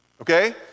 okay